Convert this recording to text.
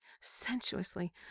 sensuously